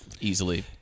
easily